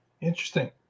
Interesting